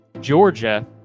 Georgia